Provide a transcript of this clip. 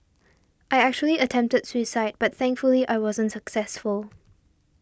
I actually attempted suicide but thankfully I wasn't successful